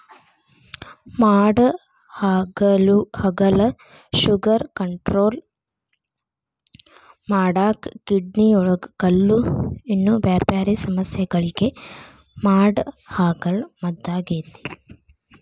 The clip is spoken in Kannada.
ಮಾಡಹಾಗಲ ಶುಗರ್ ಕಂಟ್ರೋಲ್ ಮಾಡಾಕ, ಕಿಡ್ನಿಯೊಳಗ ಕಲ್ಲು, ಇನ್ನೂ ಬ್ಯಾರ್ಬ್ಯಾರೇ ಸಮಸ್ಯಗಳಿಗೆ ಮಾಡಹಾಗಲ ಮದ್ದಾಗೇತಿ